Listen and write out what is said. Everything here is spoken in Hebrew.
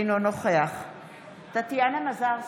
אינו נוכח טטיאנה מזרסקי,